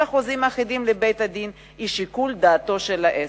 החוזים לבית-הדין היא בשיקול דעתו של העסק.